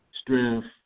strength